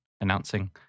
announcing